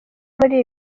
muri